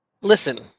Listen